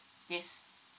yes